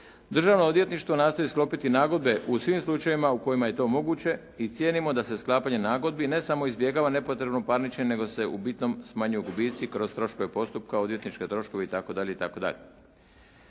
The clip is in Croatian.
Državno odvjetništvo nastoji sklopiti nagodbe u svim slučajevima u kojima je to moguće i cijenimo da se sklapanjem nagodbi ne samo izbjegava nepotrebno parničenje nego se u bitnom smanjuju gubici kroz troškove postupka, odvjetničke troškove i